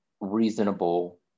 reasonable